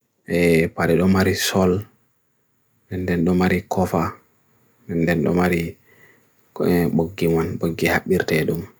paridomari sol dendendomari kofa dendendomari bukkiwan, bukkihak birthedung.